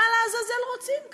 מה לעזאזל רוצים כאן?